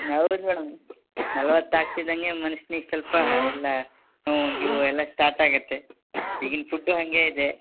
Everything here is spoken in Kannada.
ಹೌದು ಮೇಡಮ್ ನಲವತ್ತು ಆಗ್ತಿದ್ದಂಗೆ ಮನುಷ್ನಿಗೆ ಸ್ವಲ್ಪ ಎಲ್ಲ ನೋವು ಗೀವು ಎಲ್ಲ ಸ್ಟಾರ್ಟ್ ಆಗುತ್ತೆ ಈಗಿನ ಫುಡ್ಡು ಹಾಗೆ ಇದೆ